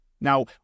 Now